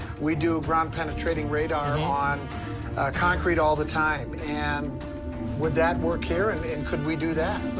we do ground-penetrating radar on concrete all the time, and would that work here and and could we do that?